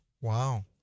Wow